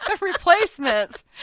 replacements